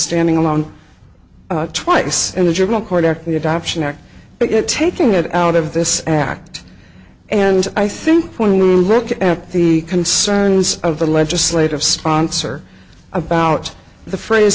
standing alone twice in the juvenile court or the adoption act taking it out of this act and i think when you look at the concerns of the legislative sponsor about the phrase